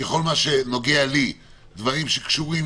בכל מה שנוגע לי, דברים שיהיו קשורים